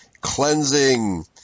cleansing